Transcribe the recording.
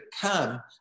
come